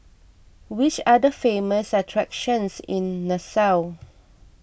which are the famous attractions in Nassau